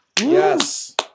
Yes